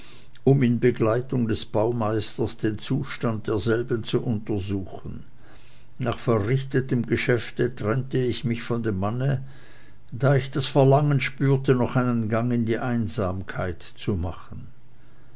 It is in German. um in begleitung des baumeisters den zustand derselben zu untersuchen nach verrichtetem geschäfte trennte ich mich von dem manne da ich das verlangen spürte noch einen gang in einsamkeit zu machen